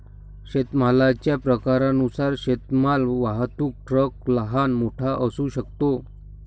शेतमालाच्या प्रकारानुसार शेतमाल वाहतूक ट्रक लहान, मोठा असू शकतो